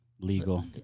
legal